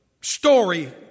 story